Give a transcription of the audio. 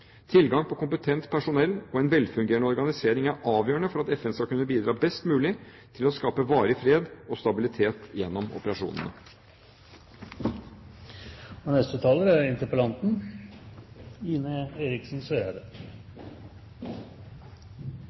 Tilgang på kompetent personell og en velfungerende organisering er avgjørende for at FN skal kunne bidra best mulig til å skape varig fred og stabilitet gjennom operasjonene. Jeg vil takke utenriksministeren for svaret. Jeg syns det er